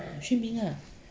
xuan ming ah